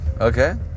Okay